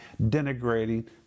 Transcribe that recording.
denigrating